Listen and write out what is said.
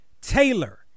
Taylor